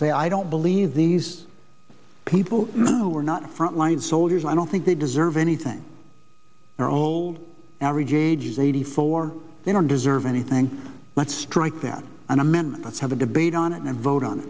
they i don't believe these people who are not frontline soldiers i don't think they deserve anything their old average age is eighty four they don't deserve anything might strike them an amendment let's have a debate on it and vote on